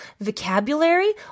vocabulary